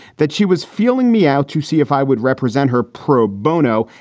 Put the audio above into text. that she was feeling me out to see if i would represent her pro bono.